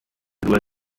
due